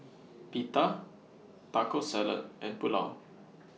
Pita Taco Salad and Pulao